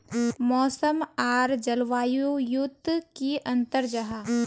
मौसम आर जलवायु युत की अंतर जाहा?